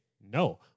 no